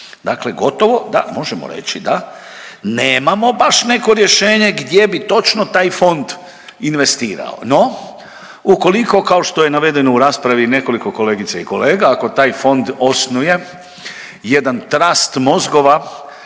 dakle gotovo da, možemo reći da nemamo baš neko rješenje gdje bi točno taj fond investirao. No, ukoliko, kao što je navedeno u raspravi nekoliko kolegica i kolega, ako taj fond osnuje jedan trast mozgova